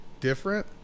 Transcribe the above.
different